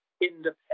independent